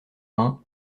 vingt